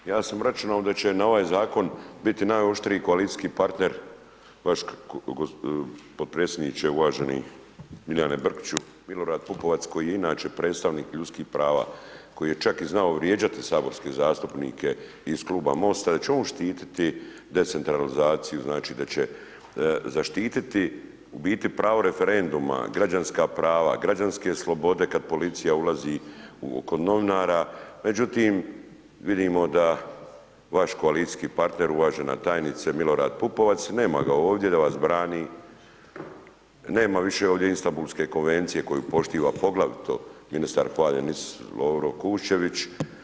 Ja sam računao da će na ovaj zakon biti najoštriji koalicijski partner vaš, potpredsjedniče uvaženi Milijane Brkiću, Milorad Pupovac koji je inače predstavnik ljudskih prava, koji je čak i znao vrijeđati saborske zastupnike iz Kluba MOST-a i da će on štititi decentralizaciju, da će zaštititi, u biti pravo referenduma, građanska prava, građanske slobode kad policija ulazi kod novinara, međutim vidimo da vaš koalicijski partner, uvažena tajnice, Milorad Pupovac, nema ga ovdje da vas brani, nema više ovdje Istambulske konvencije koju poštiva poglavito ministar hvaljen Isus, Lovro Kuščević.